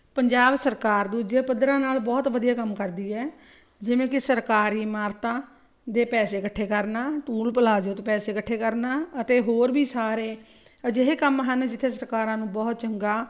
ਪੰਜਾਬ ਸਰਕਾਰ ਦੂਜੇ ਪੱਧਰਾਂ ਨਾਲ ਬਹੁਤ ਵਧੀਆ ਕੰਮ ਕਰਦੀ ਹੈ ਜਿਵੇਂ ਕਿ ਸਰਕਾਰੀ ਇਮਾਰਤਾਂ ਦੇ ਪੈਸੇ ਇਕੱਠੇ ਕਰਨਾ ਟੂਲ ਪਲਾਜੇ ਪੈਸੇ ਇਕੱਠੇ ਕਰਨਾ ਅਤੇ ਹੋਰ ਵੀ ਸਾਰੇ ਅਜਿਹੇ ਕੰਮ ਹਨ ਜਿੱਥੇ ਸਰਕਾਰਾਂ ਨੂੰ ਬਹੁਤ ਚੰਗਾ